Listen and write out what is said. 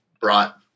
brought